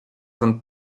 ten